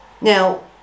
Now